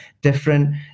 different